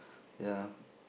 ya